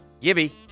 Gibby